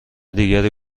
دیگری